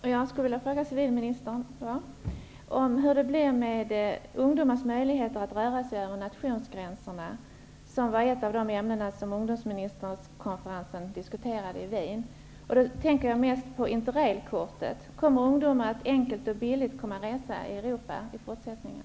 Herr talman! Jag vill fråga civilministern hur det blir med ungdomars möjligheter att röra sig över nationsgränserna, vilket var ett av de ämnen som man diskuterade på ungdomsministerkonferensen i Wien. Jag tänker då främst på Interrailkortet. Kommer ungdomar att enkelt och billigt kunna resa i Europa i fortsättningen?